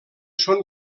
són